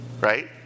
right